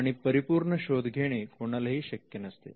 आणि परिपूर्ण शोध घेणे कोणालाही शक्य नसते